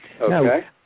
Okay